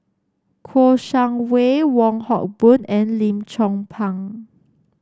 Kouo Shang Wei Wong Hock Boon and Lim Chong Pang